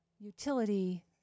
utility